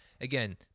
again